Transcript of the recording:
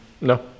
No